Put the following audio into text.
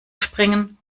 springen